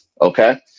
okay